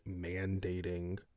mandating